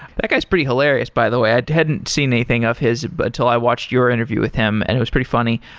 that guy's pretty hilarious, by the way. i hadn't seen anything of his, but until i watched your interview with him and it was pretty funny.